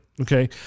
Okay